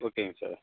ஓகேங்க சார்